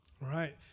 Right